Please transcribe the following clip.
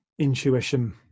intuition